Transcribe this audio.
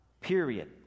period